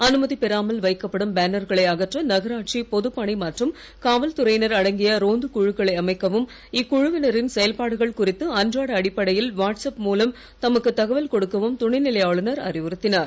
அனுமதி பெறாமல் வைக்கப்படும் பேனர்களை அகற்ற நகராட்சி பொதுப்பணி மற்றும் காவல்துறையினர் அடங்கிய ரோந்துக் குழுக்களை அமைக்கவும் இக்குழுவினரின் செயல்பாடுகள் குறித்து அன்றாட அடிப்படையில் வாட்ஸ்அப் மூலம் தமக்கு தகவல் கொடுக்கவும் துணைநிலை ஆளுனர் அறிவுறுத்தினர்